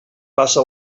passa